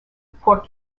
port